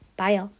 Bye